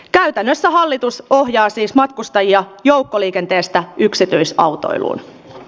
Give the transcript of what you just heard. käytännössä hallitus ohjaa siis matkustajia joukkoliikenteestä yksityisautoilu